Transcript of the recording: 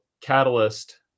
catalyst